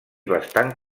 bastant